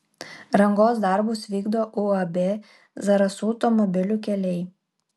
rangos darbus vykdo uab zarasų automobilių keliai